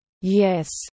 Yes